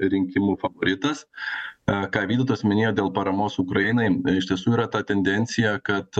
rinkimų favoritas e ką vintas minėjo dėl paramos ukrainai iš tiesų yra ta tendencija kad